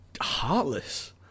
heartless